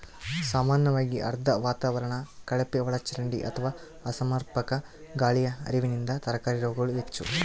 ಸಾಮಾನ್ಯವಾಗಿ ಆರ್ದ್ರ ವಾತಾವರಣ ಕಳಪೆಒಳಚರಂಡಿ ಅಥವಾ ಅಸಮರ್ಪಕ ಗಾಳಿಯ ಹರಿವಿನಿಂದ ತರಕಾರಿ ರೋಗಗಳು ಹೆಚ್ಚು